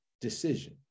decision